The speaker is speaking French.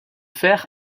fer